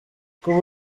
kuba